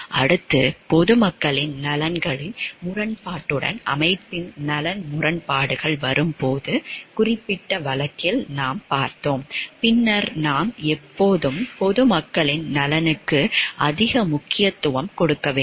அடுத்து பொது மக்களின் நலன்களின் முரண்பாட்டுடன் அமைப்பின் நலன் முரண்பாடுகள் வரும்போது குறிப்பிட்ட வழக்கில் நாம் பார்த்தோம் பின்னர் நாம் எப்போதும் பொதுமக்களின் நலன்களுக்கு அதிக முக்கியத்துவம் கொடுக்க வேண்டும்